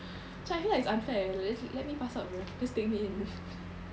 so I feel like it's unfair like let me pass out bro just take me in